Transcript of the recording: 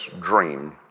Dream